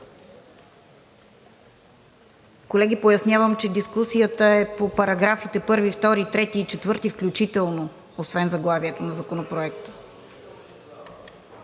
Колеги, пояснявам, че дискусията е по параграфи 1, 2, 3 и 4 включително, освен заглавието на Законопроекта.